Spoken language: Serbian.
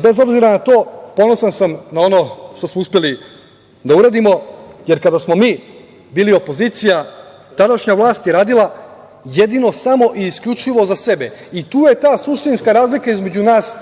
bez obzira na to, ponosan sam na ono što smo uspeli da uradimo, jer kada smo mi bili opozicija, tadašnja vlast je radila jedino, samo i isključivo za sebe i tu je ta suštinska razlika između nas